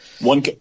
One